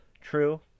True